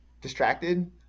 distracted